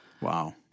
Wow